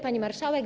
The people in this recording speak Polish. Pani Marszałek!